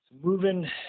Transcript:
Moving